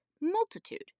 Multitude